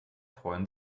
freuen